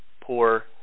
poor